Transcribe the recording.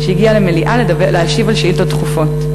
שהגיע למליאה להשיב על שאילתות דחופות.